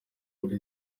muri